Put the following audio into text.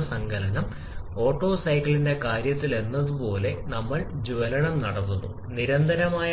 അതിനാൽ സ്റ്റൈക്കിയോമെട്രിക് വായു ഇന്ധന അനുപാതം കൃത്യമായി